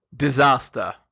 disaster